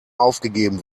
aufgegeben